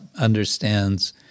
understands